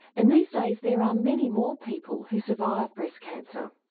and these days there are many more people who survive breast cancer.